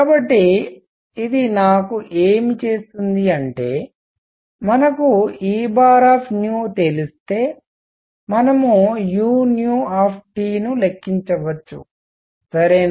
కాబట్టి ఇది నాకు ఏమి చేస్తుంది అంటే మనకు E తెలిస్తే మనం u ను లెక్కించవచ్చు సరేనా